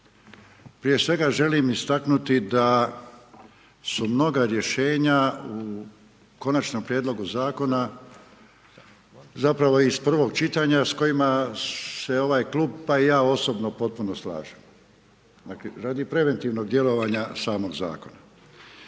Prije svega želim istaknuti da su mnoga rješenja u konačnom Prijedlogu zakona zapravo iz prvog čitanja s kojima se ovaj klub, pa i ja osobno potpuno slažem dakle, radi preventivnog djelovanja samog zakona.